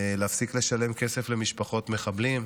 להפסיק לשלם כסף למשפחות מחבלים,